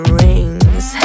rings